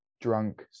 drunk